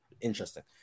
interesting